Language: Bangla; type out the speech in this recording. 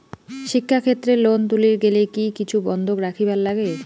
শিক্ষাক্ষেত্রে লোন তুলির গেলে কি কিছু বন্ধক রাখিবার লাগে?